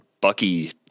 Bucky